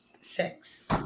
sex